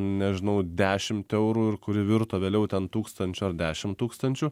nežinau dešimt eurų ir kuri virto vėliau ten tūkstančiu ar dešim tūkstančių